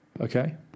okay